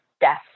death